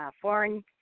foreign